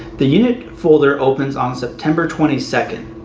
the unit folder opens on september twenty second.